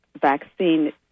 vaccine